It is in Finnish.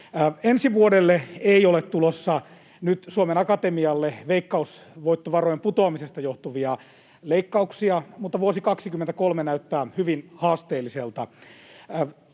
Ensi vuodelle ei ole tulossa nyt Suomen Akatemialle veikkausvoittovarojen putoamisesta johtuvia leikkauksia, mutta vuosi 23 näyttää hyvin haasteelliselta.